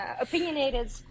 opinionated